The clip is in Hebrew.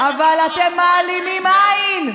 אבל אתם מעלימים עין,